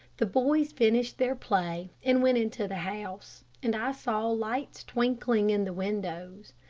the boys finished their play, and went into the house, and i saw lights twinkling in the windows.